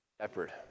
shepherd